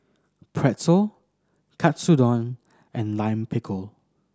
Pretzel Katsudon and Lime Pickle